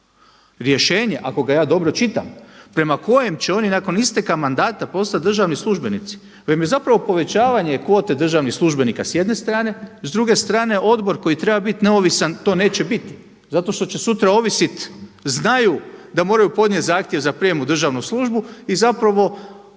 Rješenje, ako ga ja dobro čitam, prema kojem će oni nakon isteka mandata postati državni službenici vam je zapravo povećavanje kvote državnih službenika s jedne strane, s druge strane odbor koji treba biti neovisan to neće biti, zato što će sutra ovisiti, znaju da moraju podnijeti zahtjev za prijem u državnu službi i kod